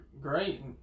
great